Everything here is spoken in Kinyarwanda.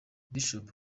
bishop